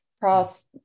cross